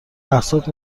اقساط